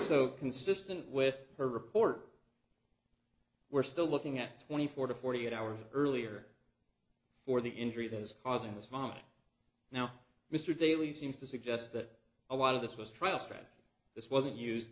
so consistent with her report we're still looking at twenty four to forty eight hours earlier for the injury that is causing this vomiting now mr daly seems to suggest that a lot of this was trial strategy this wasn't used